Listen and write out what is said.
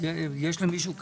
יש למישהו כתוב,